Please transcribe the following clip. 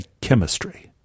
chemistry